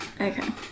okay